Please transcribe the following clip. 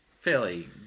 fairly